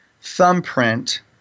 thumbprint